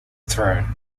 throne